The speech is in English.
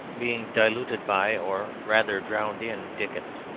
being diluted by, or rather drowned in dickens.